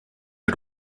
had